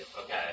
Okay